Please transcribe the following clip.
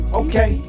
okay